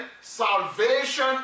Salvation